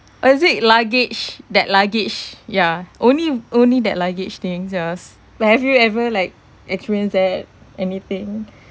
or is it luggage that luggage ya only only that luggage things ya have you ever like insurance that anything